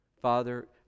father